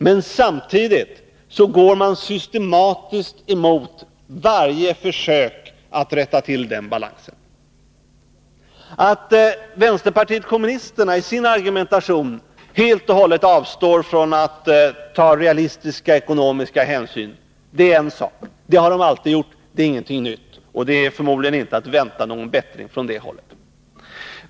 Men samtidigt går socialdemokraterna systematiskt emot varje försök att rätta till den balansen. Att vänsterpartiet kommunisterna i sin argumentation helt och hållet avstår från att ta realistiska ekonomiska hänsyn är en sak — det har de alltid gjort, det är inget nytt, och någon bättring är förmodligen inte att vänta från det hållet.